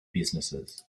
businesses